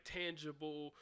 tangible